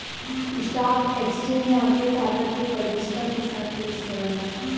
stock exchange market order के पारदर्शिता के साथ पेश करला